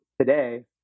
today